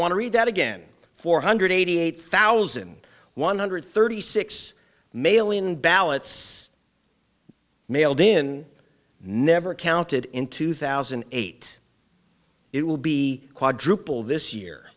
want to read that again four hundred eighty eight thousand one hundred thirty six million ballots mailed in never counted in two thousand and eight it will be quadruple this year